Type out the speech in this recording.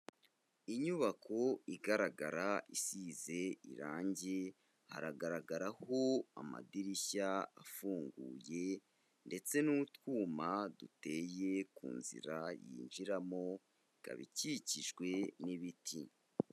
Inyubako igaragara isize irangi, hagaragaraho amadirishya afunguye ndetse n'utwuma duteye ku nzira yinjiramo, ikaba ikikijwe n'ibiti.